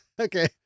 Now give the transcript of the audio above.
Okay